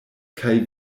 kaj